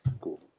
Cool